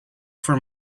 for